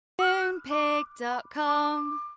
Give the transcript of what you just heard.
Moonpig.com